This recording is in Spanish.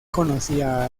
conocía